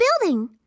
building